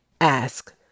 ask